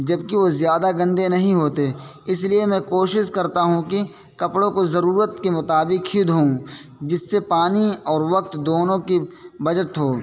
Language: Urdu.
جبکہ وہ زیادہ گندے نہیں ہوتے اس لیے میں کوشش کرتا ہوں کہ کپڑوں کو ضرورت کے مطابق ہی دھوؤں جس سے پانی اور وقت دونوں کی بچت ہو